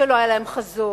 שלא היה להם חזון,